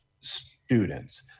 students